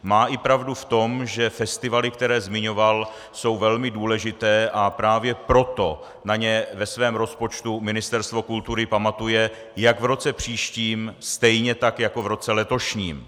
Má i pravdu v tom, že festivaly, které zmiňoval, jsou velmi důležité, a právě proto na ně ve svém rozpočtu Ministerstvo kultury pamatuje jak v roce příštím, stejně tak jako v roce letošním.